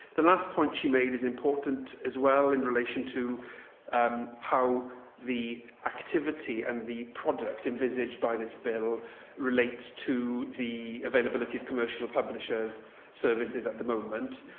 the last point she made is important as well, in relation to um how the activity and the product envisaged by this bill relates to the availability of commercial publishers' services at the moment.